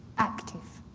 active.